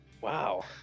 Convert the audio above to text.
Wow